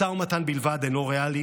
משא ומתן בלבד אינו ריאלי